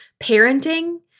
parenting